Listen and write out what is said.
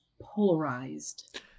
polarized